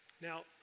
Now